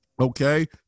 Okay